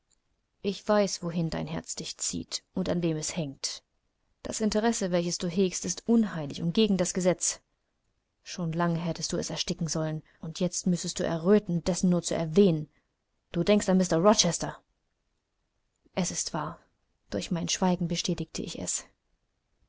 ich weiß wohin dein herz dich zieht und an wem es hängt das interesse welches du hegst ist unheilig und gegen das gesetz schon lange hättest du es ersticken sollen und jetzt müßtest du erröten dessen nur zu erwähnen du denkst an mr rochester es war wahr durch mein schweigen bestätigte ich es